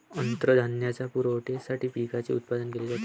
अन्नधान्याच्या पुरवठ्यासाठी पिकांचे उत्पादन केले जाते